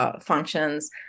functions